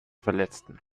verletzten